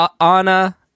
Anna